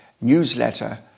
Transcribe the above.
newsletter